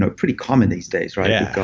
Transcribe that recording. ah pretty common these days yeah